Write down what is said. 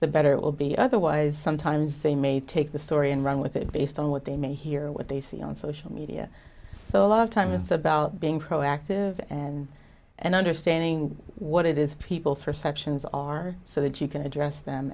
the better it will be otherwise sometimes they may take the story and run with it based on what they may hear what they see on social media so a lot of times it's about being proactive and and understanding what it is people's perceptions are so that you can address them